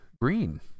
green